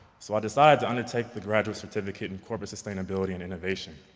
so i decided to undertake the graduate certificate in corporate sustainability and innovation.